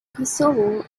kosovo